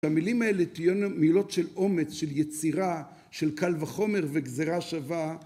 המילים האלה תהיינה מילות של אומץ, של יצירה, של קל וחומר וגזרה שווה.